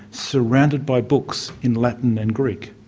surrounded by books in latin and greek.